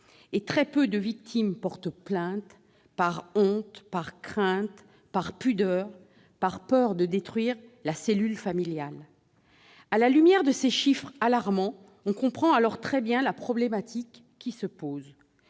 ! Très peu de victimes portent plainte, par honte, par crainte, par pudeur, par peur de détruire la cellule familiale. À la lumière de ces chiffres alarmants, on comprend très bien quel est